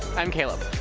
i'm caleb.